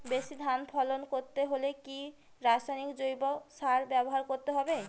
বেশি ধান ফলন করতে হলে কি রাসায়নিক জৈব সার ব্যবহার করতে হবে?